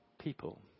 people